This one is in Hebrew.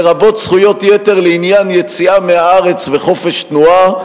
לרבות זכויות יתר לעניין יציאה מהארץ וחופש תנועה,